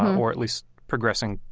or at least progressing,